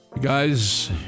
guys